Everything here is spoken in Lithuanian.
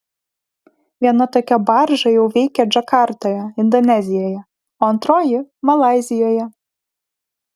viena tokia barža jau veikia džakartoje indonezijoje o antroji malaizijoje